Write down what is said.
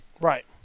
Right